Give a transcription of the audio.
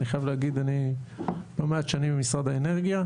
אני חייב להגיד, אני לא מעט שנים במשרד האנרגיה.